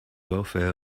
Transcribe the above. welfare